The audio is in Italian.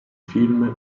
film